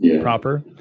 proper